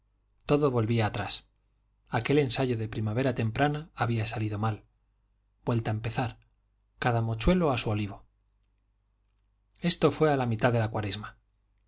todo volvía atrás aquel ensayo de primavera temprana había salido mal vuelta a empezar cada mochuelo a su olivo esto fue a la mitad de la cuaresma